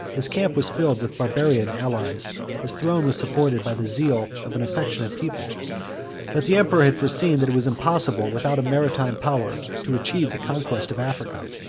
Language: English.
his camp was filled with barbarian allies his throne was supported by the zeal of an affectionate people but the emperor had foreseen, that it was impossible, without a maritime power, to achieve the conquest of africa.